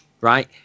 right